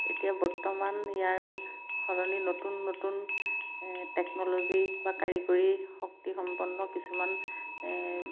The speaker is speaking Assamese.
এতিয়া বৰ্তমান ইয়াৰ সলনি নতুন নতুন টেকন'লজি বা কাৰিকৰী শক্তিসম্পন্ন কিছুমান